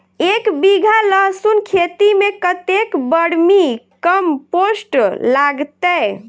एक बीघा लहसून खेती मे कतेक बर्मी कम्पोस्ट लागतै?